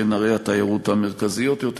שהן ערי התיירות המרכזיות יותר,